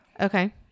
Okay